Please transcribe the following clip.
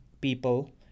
people